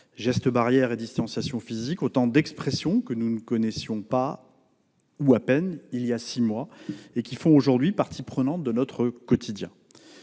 Gestes barrières » et « distanciation physique »: autant d'expressions que nous ne connaissions pas, ou à peine, il y a six mois et qui font aujourd'hui partie prenante de notre quotidien.